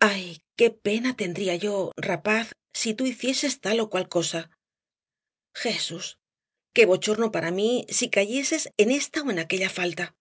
ay qué pena tendría yo rapaz si tú hicieses tal ó cual cosa jesús qué bochorno para mí si cayeses en esta ó en aquella falta